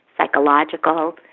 psychological